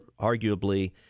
arguably